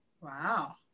Wow